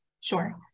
Sure